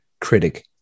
critic